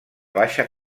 baixa